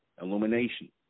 illumination